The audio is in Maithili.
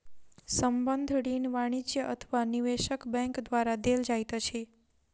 संबंद्ध ऋण वाणिज्य अथवा निवेशक बैंक द्वारा देल जाइत अछि